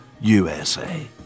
USA